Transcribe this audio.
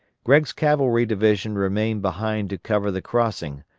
gregg's cavalry division remained behind to cover the crossing,